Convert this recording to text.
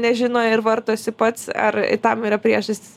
nežino ir vartosi pats ar tam yra priežastys